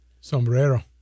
Sombrero